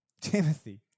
Timothy